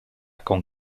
con